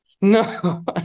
No